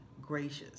gracious